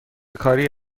کاری